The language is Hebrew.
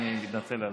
תודה.